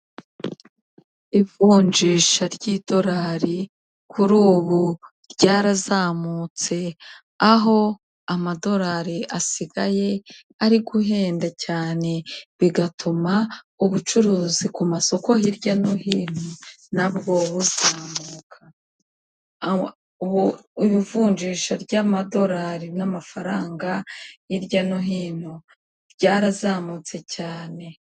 Ivunjisha ry'idorari kuri ubu ryarazamutse aho amadorari asigaye ari guhenda cyane bigatuma ubucuruzi ku masoko hirya no hino nabwo buzamuka. Ivunjisha ry'amadolari n'amafaranga hirya no hino ryarazamutse cyane.